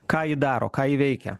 ką ji daro ką ji veikia